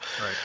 Right